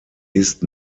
ist